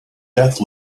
death